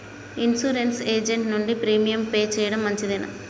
Insurance agent నుండి premium pay చేయడం మంచిదేనా?